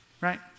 Right